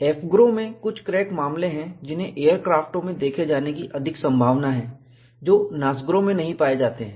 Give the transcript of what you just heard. AFGROW में कुछ crack मामले हैं जिन्हें एयरक्राफ्टों में देखे जाने की अधिक संभावना है जो NASGRO में नहीं पाए जाते हैं